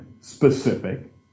specific